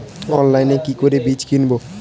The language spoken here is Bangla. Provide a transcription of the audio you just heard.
অনলাইনে কি করে বীজ কিনব?